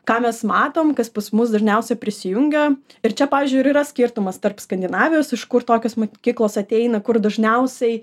ką mes matom kas pas mus dažniausiai prisijungia ir čia pavyzdžiui ir yra skirtumas tarp skandinavijos iš kur tokios mokyklos ateina kur dažniausiai